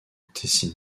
tessin